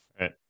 right